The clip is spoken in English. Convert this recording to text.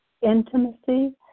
intimacy